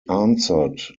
answered